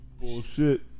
bullshit